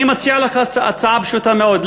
אני מציע לך הצעה פשוטה מאוד.